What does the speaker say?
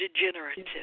degenerative